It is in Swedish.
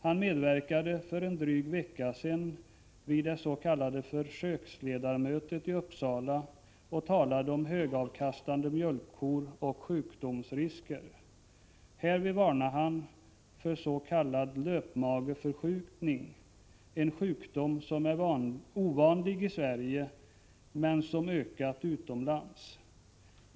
Han medverkade för en dryg vecka sedan vid det s.k. försöksledarmötet i Uppsala och talade om högavkastande mjölkkor och sjukdomsrisker. Därvid varnade han för s.k. löpmageförskjutning, en sjukdom som är ovanlig i Sverige men som ökat utomlands.